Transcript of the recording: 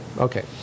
Okay